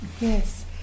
Yes